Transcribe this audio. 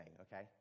Okay